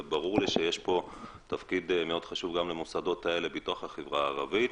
ברור לי שיש תפקיד מאוד חשוב גם למוסדות האלה בתוך החברה הערבית.